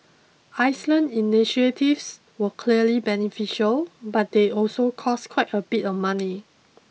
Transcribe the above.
Iceland initiatives were clearly beneficial but they also cost quite a bit of money